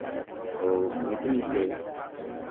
ᱠᱚ ᱧᱩᱛᱩᱢᱛᱮ